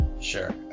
Sure